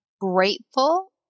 grateful